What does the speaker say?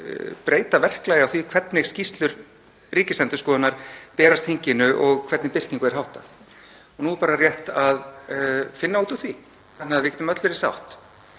breyta verklagi á því hvernig skýrslur Ríkisendurskoðunar berast þinginu og hvernig birtingu er háttað. Nú er rétt að finna út úr því þannig að við getum öll verið sátt.